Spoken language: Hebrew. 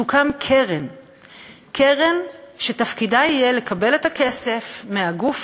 תוקם קרן שתפקידה יהיה לקבל את הכסף מהגוף